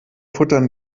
futtern